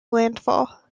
landfall